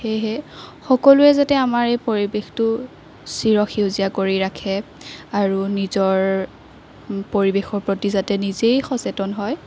সেয়েহে সকলোৱে যাতে আমাৰ এই পৰিবেশটো চিৰসেউজীয়া কৰি ৰাখে আৰু নিজৰ পৰিৱেশৰ প্ৰতি যাতে নিজেই সচেতন হয়